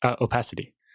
opacity